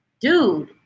dude